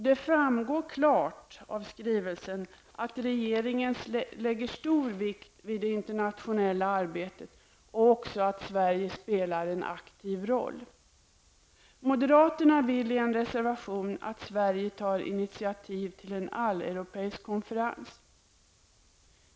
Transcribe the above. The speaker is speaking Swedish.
Det framgår klart av skrivelsen att regeringen lägger stor vikt vid det internationella arbetet och att Sverige spelar en aktiv roll. Moderaterna vill i en reservation att Sverige tar initiativ till en alleuropeisk konferens.